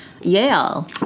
Yale